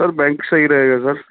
sir bank ਸਹੀ ਰਹੇਗਾ sir